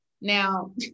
Now